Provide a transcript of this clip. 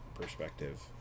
perspective